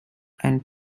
and